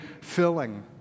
filling